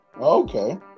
Okay